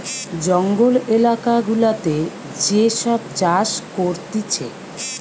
জঙ্গল এলাকা গুলাতে যে সব চাষ করতিছে